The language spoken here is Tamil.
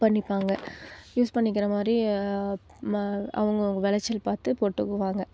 பண்ணிப்பாங்க யூஸ் பண்ணிக்கிற மாதிரி மா அவுங்கவுங்க விளச்சல் பார்த்து போட்டுக்குவாங்க